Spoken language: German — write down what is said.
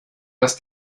dass